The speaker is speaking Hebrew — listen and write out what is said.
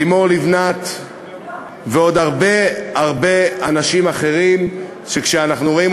לימור לבנת ועוד הרבה הרבה אנשים אחרים שכשאנחנו רואים